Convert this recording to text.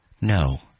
No